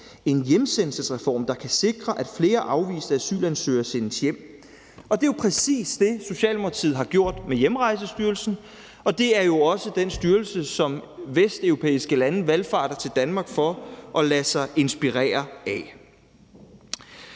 en hjemsendelsesreform, der kan sikre, at flere afviste asylansøgere sendes hjem, og det er jo præcis det, Socialdemokratiet har gjort med Hjemrejsestyrelsen, og det er også den styrelse, som vesteuropæiske lande valfarter til Danmark for at lade sig inspirere af.